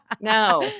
No